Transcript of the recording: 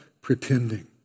pretending